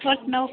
होर सनाओ